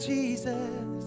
Jesus